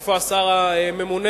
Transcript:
איפה השר הממונה?